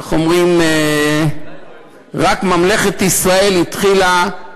איך אומרים, ממלכת ישראל התחילה,